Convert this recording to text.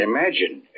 Imagine